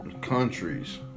countries